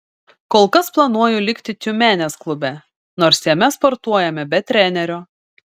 kol kas planuoju likti tiumenės klube nors jame sportuojame be trenerio